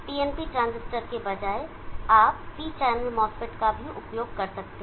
PNP transistor के बजाय आप P चैनल MOSFET का भी उपयोग कर सकते हैं